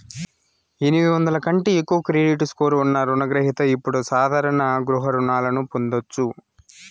ఎనిమిది వందల కంటే ఎక్కువ క్రెడిట్ స్కోర్ ఉన్న రుణ గ్రహిత ఇప్పుడు సాధారణ గృహ రుణాలను పొందొచ్చు